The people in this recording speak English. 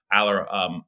Aller